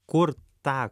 kur tą